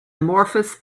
amorphous